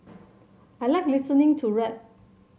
I like listening to rap